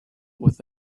with